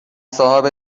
صاحب